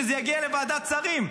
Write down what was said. שזה יגיע לוועדת השרים.